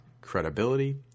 credibility